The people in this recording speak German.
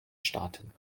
staaten